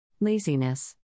Laziness